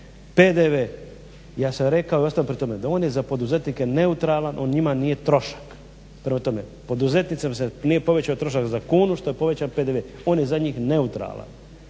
PDV ja sam rekao i ostajem pri tome da on je za poduzetnike neutralan, on njima nije trošak. Prema tome, poduzetnicima se nije povećao trošak za kunu što je povećan PDV. On je za njih neutralan.